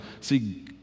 See